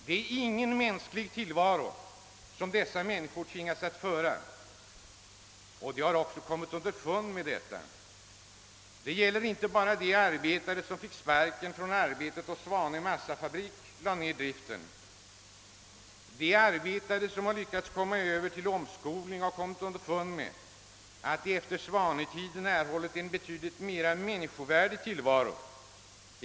Det är ingen mänsklig tillvaro som dessa människor tvingas till och de har också kommit underfund med detta. Det gäller inte bara de arbetare som fick sparken när Svanö AB:s massafabrik lade ned driften. De arbetare som lyckats komma över till omskolning har kommit underfund med att de efter sin tid hos Svanö AB erhållit en betydligt mera människovärdig tillvaro.